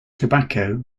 tobacco